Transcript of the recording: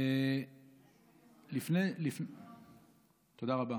תודה רבה.